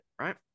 right